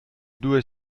due